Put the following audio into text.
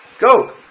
Go